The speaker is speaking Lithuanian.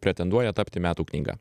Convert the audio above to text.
pretenduoja tapti metų knyga